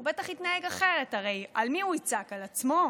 הוא בטח יתנהג אחרת, הרי על מי הוא יצעק, על עצמו?